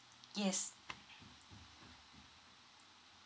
yes